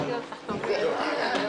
הרביזיה נדחתה.